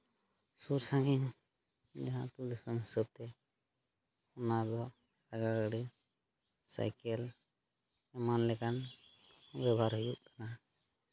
ᱥᱩᱨ ᱥᱟᱺᱜᱤᱧ ᱡᱟᱦᱟᱸ ᱠᱚ ᱫᱤᱥᱚᱢ ᱥᱟᱶᱛᱮ ᱚᱱᱟᱫᱚ ᱥᱟᱸᱜᱟᱲ ᱜᱟᱹᱰᱤ ᱥᱟᱭᱠᱮᱞ ᱮᱢᱟᱱ ᱞᱮᱠᱟᱱ ᱵᱮᱵᱚᱦᱟᱨ ᱦᱩᱭᱩᱜ ᱠᱟᱱᱟ